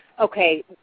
okay